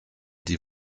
die